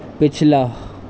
پچھلا